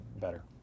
better